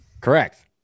Correct